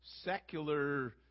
secular